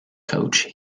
coach